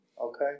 Okay